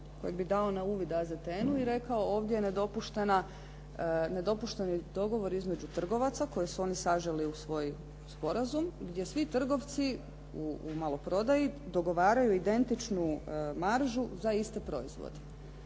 kojeg bi dao na uvid AZTN-u i rekao ovdje je nedopušteni dogovor između trgovaca koji su oni saželi u svoj sporazum gdje svi trgovci u maloprodaji dogovaraju identičnu maržu za iste proizvode.